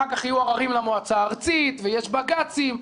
אחר כך יהיו עררים למועצה הארצית ויש בג"צים.